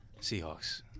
Seahawks